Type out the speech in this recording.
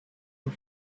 ont